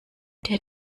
der